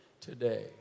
today